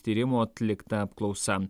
tyrimų atlikta apklausa